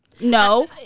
No